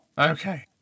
Okay